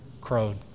crowed